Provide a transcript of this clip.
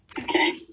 Okay